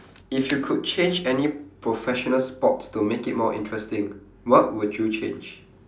if you could change any professional sports to make it more interesting what would you change